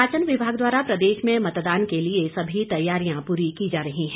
निर्वाचन विभाग द्वारा प्रदेश में मतदान के लिए सभी तैयारियां पूरी की जा रही हैं